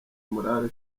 morale